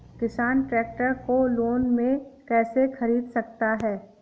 किसान ट्रैक्टर को लोन में कैसे ख़रीद सकता है?